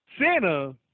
Santa